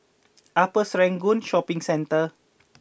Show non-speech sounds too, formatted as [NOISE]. [NOISE] Upper Serangoon Shopping Centre